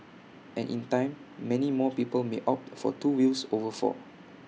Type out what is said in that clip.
and in time many more people may opt for two wheels over four